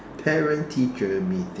parent teacher meeting